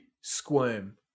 squirm